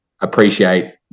appreciate